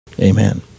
Amen